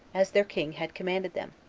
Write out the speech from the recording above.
as their king had commanded them.